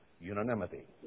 unanimity